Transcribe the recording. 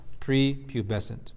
prepubescent